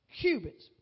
cubits